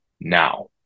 now